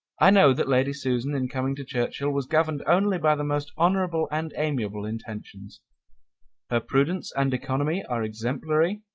i know that lady susan in coming to churchhill was governed only by the most honourable and amiable intentions her prudence and economy are exemplary,